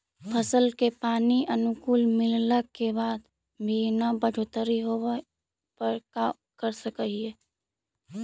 फसल के पानी अनुकुल मिलला के बाद भी न बढ़ोतरी होवे पर का कर सक हिय?